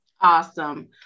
Awesome